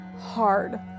hard